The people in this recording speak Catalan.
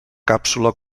càpsula